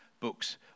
books